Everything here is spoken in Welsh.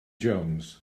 jones